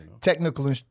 Technical